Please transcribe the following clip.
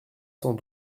cent